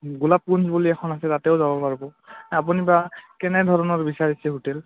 গোলাপপুঞ্জ বুলি এখন আছে তাতেও যাব পাৰব আপুনি বা কেনেধৰণৰ বিচাৰিছে হোটেল